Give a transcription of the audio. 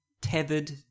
tethered